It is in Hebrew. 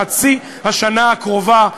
בחצי השנה הקרובה.